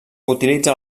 utilitza